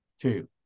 two